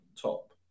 top